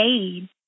aid